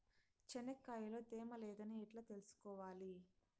చెనక్కాయ లో తేమ లేదని ఎట్లా తెలుసుకోవాలి?